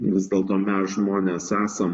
vis dėlto mes žmonės esam